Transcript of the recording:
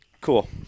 Cool